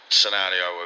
scenario